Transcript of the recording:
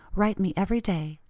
write me every day.